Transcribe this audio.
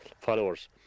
followers